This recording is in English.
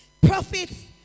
Prophets